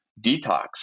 detox